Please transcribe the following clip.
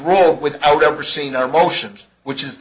role without ever seen or motions which is